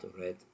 red